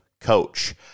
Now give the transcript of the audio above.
coach